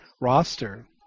roster